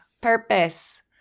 purpose